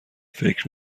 فکر